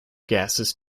gases